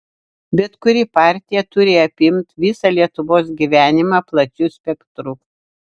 bet kuri partija turi apimt visą lietuvos gyvenimą plačiu spektru